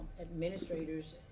administrators